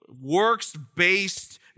works-based